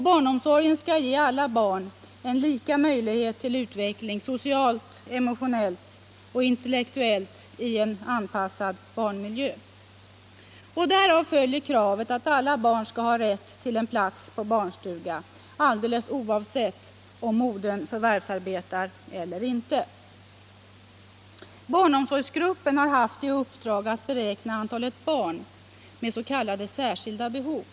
Barnomsorgen skall ge alla barn en lika möjlighet till utveckling, socialt, emotionellt och intellektuellt i en anpassad barnmiljö. Därav följer kravet att alla barn skall ha rätt till en plats på barnstuga alldeles oavsett om modern förvärvsarbetar eller inte. Barnomsorgsgruppen har haft i uppdrag att beräkna antalet barn med s.k. särskilda behov.